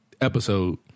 episode